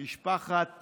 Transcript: משפחת